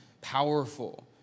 powerful